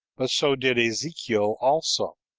but so did ezekiel also,